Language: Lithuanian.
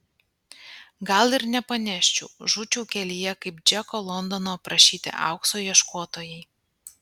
gal ir nepaneščiau žūčiau kelyje kaip džeko londono aprašyti aukso ieškotojai